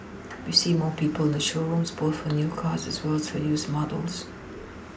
we see more people in the showrooms both for new cars as well as for used models